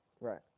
Right